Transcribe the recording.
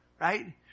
right